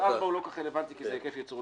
אז 4 לא כל כך רלוונטי כי זה היקף ייצור,